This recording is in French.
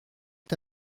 est